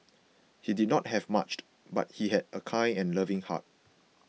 he did not have much but he had a kind and loving heart